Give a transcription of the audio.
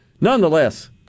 Nonetheless